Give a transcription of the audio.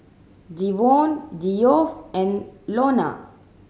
Jevon Geoff and Lonna